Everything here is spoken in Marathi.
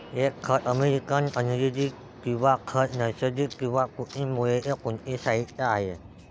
एक खत अमेरिकन इंग्रजी किंवा खत नैसर्गिक किंवा कृत्रिम मूळचे कोणतेही साहित्य आहे